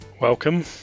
Welcome